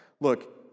look